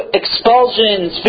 expulsions